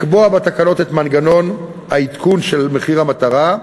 לקבוע בתקנות את מנגנון העדכון של מחיר המטרה.